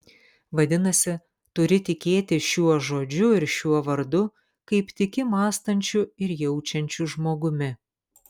vadinasi turi tikėti šiuo žodžiu ir šiuo vardu kaip tiki mąstančiu ir jaučiančiu žmogumi